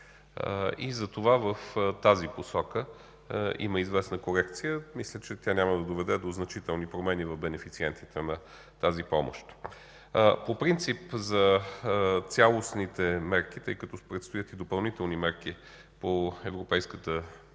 Затова в тази посока има известна корекция. Мисля, че тя няма да доведе до значителни промени в бенефициентите на тази помощ. По принцип за цялостните мерки, тъй като предстоят и допълнителни мерки по Европейския социален